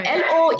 lo